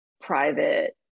private